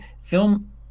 film